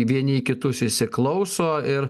vieni į kitus įsiklauso ir